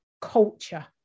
culture